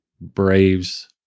Braves